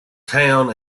town